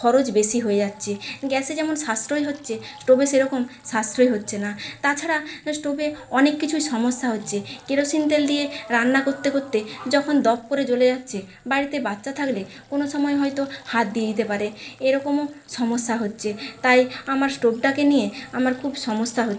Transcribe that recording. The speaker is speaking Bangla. খরচ বেশি হয়ে যাচ্ছে গ্যাসে যেমন সাশ্রয় হচ্ছে স্টোভে সেরকম সাশ্রয় হচ্ছে না তাছাড়া স্টোভে অনেক কিছুই সমস্যা হচ্ছে কেরোসিন তেল দিয়ে রান্না করতে করতে যখন দপ করে জ্বলে যাচ্ছে বাড়িতে বাচ্চা থাকলে কোনো সময় হয়তো হাত দিয়ে দিতে পারে এরকমও সমস্যা হচ্ছে তাই আমার স্টোভটাকে নিয়ে আমার খুব সমস্যা হচ্ছে